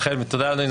אכן תודה אדוני,